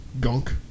gunk